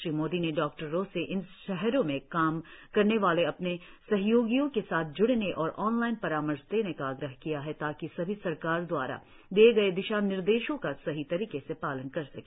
श्री मोदी ने डॉक्टरों से इन शहरों में काम करने वाले अपने सहयोगियो के साथ ज्ड़ने और ऑनलाइन परामर्श देने का आग्रह किया है ताकी सभी सरकार दवारा दीये गये दिशानिर्देशो का सही तरीके से पालन कर सके